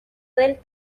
del